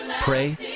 pray